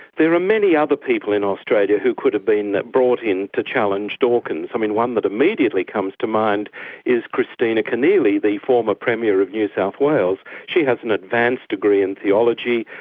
there are many other people in australia who could've been brought in to challenge dawkins. i mean, one that immediately comes to mind is kristina keneally, the former premier of new south wales. she has an advanced degree in theology,